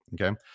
okay